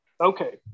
Okay